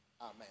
Amen